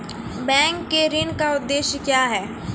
Bank के ऋण का उद्देश्य क्या हैं?